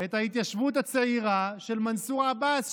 את ההתיישבות הצעירה של מנסור עבאס,